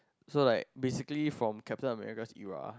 so like basically from Captain-American's era